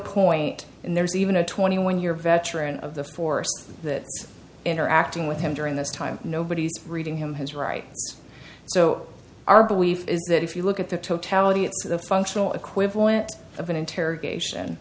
point in there was even a twenty one year veteran of the force that interacting with him during this time nobody's reading him his rights so our belief is that if you look at the totality of the functional equivalent of an interrogation